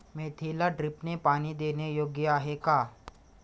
मेथीला ड्रिपने पाणी देणे योग्य आहे का?